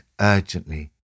urgently